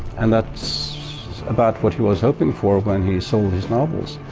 and that's about what he was hoping for when he sold his novels.